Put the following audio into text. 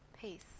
peace